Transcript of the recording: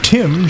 Tim